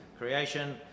Creation